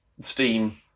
steam